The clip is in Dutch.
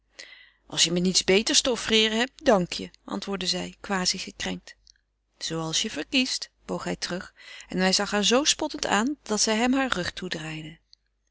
als je me niets beters te offreeren hebt dankje antwoordde zij quasi gekrenkt zooals je verkiest boog hij terug en hij zag haar zoo spottend aan dat zij hem haar rug toedraaide